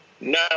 No